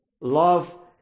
Love